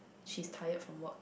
she's tired from work